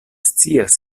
scias